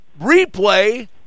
replay